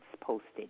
posted